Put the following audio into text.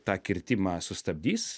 tą kirtimą sustabdys